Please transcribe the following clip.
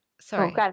sorry